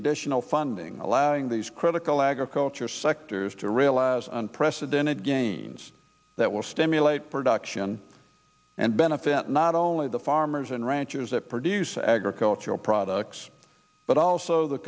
additional funding allowing these critical agriculture sectors to realize unprecedented gains that will stimulate production and benefit not only the farmers and ranchers that produce agricultural products but also the